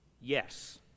Yes